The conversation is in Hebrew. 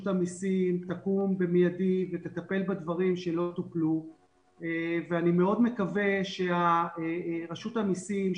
המסים תקום במיידי ותטפל בדברים שלא טופלו ואני מאוד מקווה שרשות המסים,